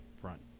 front